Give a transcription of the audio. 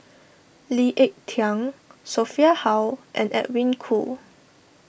Lee Ek Tieng Sophia Hull and Edwin Koo